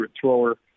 thrower